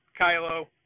Kylo